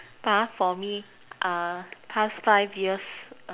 for me past five years